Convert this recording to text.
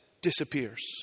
disappears